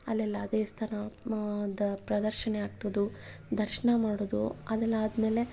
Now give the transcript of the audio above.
ಅಲ್ಲೆಲ್ಲ ದೇವಸ್ಥಾನ ಮ್ ದ ಪ್ರದರ್ಶಣೆ ಹಾಕ್ದುದು ದರ್ಶನ ಮಾಡೋದು ಅದೆಲ್ಲ ಆದಮೇಲೆ